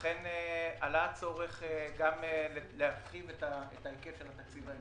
לכן עלה הצורך גם להרחיב את ההיקף של התקציב ההמשכי,